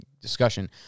discussion